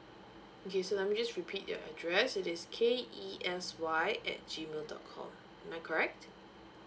okay so let me just repeat your address it is K E S Y at G mail dot com am I correct